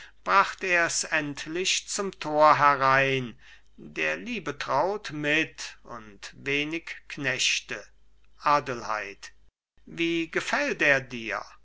bracht er es endlich zum tor herein der liebetraut mit und wenig knechte adelheid wie gefällt er dir